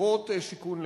חברות שיכון,